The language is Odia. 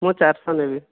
ମୁଁ ଚାରିଶହ ନେବି